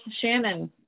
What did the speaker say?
Shannon